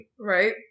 Right